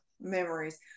memories